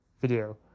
video